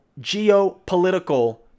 geopolitical